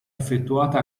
effettuata